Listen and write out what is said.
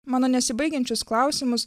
mano nesibaigiančius klausimus